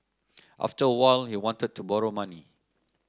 after a while he wanted to borrow money